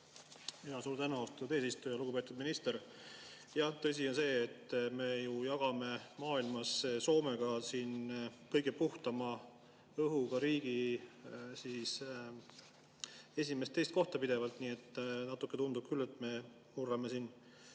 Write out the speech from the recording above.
Suur tänu, austatud eesistuja! Lugupeetud minister! Jah, tõsi on see, et me ju jagame maailmas Soomega kõige puhtama õhuga riigi esimest-teist kohta pidevalt, nii et natuke tundub küll, et me murrame siin